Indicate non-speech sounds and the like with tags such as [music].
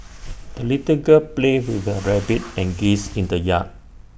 [noise] the little girl played with her rabbit and geese in the yard